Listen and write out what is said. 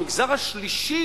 המגזר השלישי,